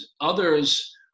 Others